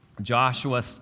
Joshua